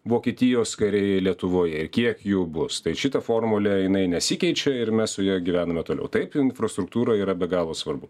vokietijos kariai lietuvoje ir kiek jų bus tai šita formulė jinai nesikeičia ir mes su ja gyvename toliau taip infrastruktūra yra be galo svarbu